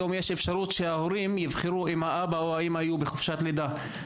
היום יש אפשרות שההורים יבחרו אם האבא או האימא יהיו בחופשת לידה.